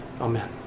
Amen